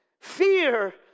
Fear